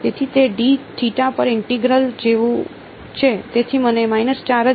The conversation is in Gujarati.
તેથી તે d થીટા પર ઇન્ટેગ્રલ જેવું છે તેથી મને મળે છે